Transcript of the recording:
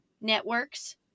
networks